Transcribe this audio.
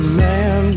man